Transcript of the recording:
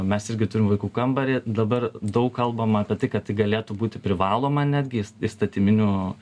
mes irgi turim vaikų kambarį dabar daug kalbama apie tai kad tai galėtų būti privaloma netgi įstatyminiu